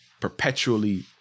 perpetually